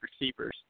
receivers